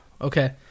Okay